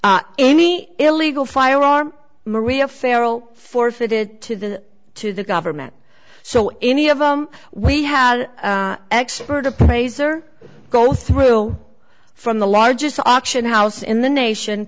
any illegal firearm maria farrow forfeited to the to the government so any of them we had expert appraiser go through from the largest auction house in the nation